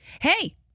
Hey